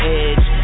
edge